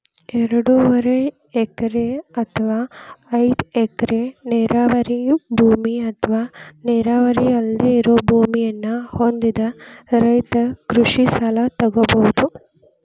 ಎರಡೂವರೆ ಎಕರೆ ಅತ್ವಾ ಐದ್ ಎಕರೆ ನೇರಾವರಿ ಭೂಮಿ ಅತ್ವಾ ನೇರಾವರಿ ಅಲ್ದೆ ಇರೋ ಭೂಮಿಯನ್ನ ಹೊಂದಿದ ರೈತ ಕೃಷಿ ಸಲ ತೊಗೋಬೋದು